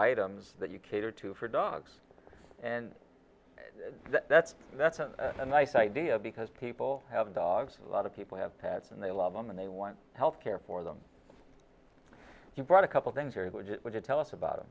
items that you cater to for dogs and that's that's a nice idea because people have dogs a lot of people have pets and they love them and they want health care for them you brought a couple things very legit would you tell us about it